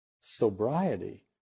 sobriety